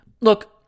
look